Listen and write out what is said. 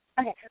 Okay